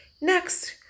Next